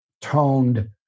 toned